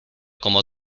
como